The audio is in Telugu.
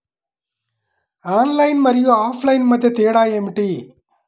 ఆన్లైన్ మరియు ఆఫ్లైన్ మధ్య తేడా ఏమిటీ?